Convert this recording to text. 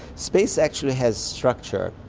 space actually has structure,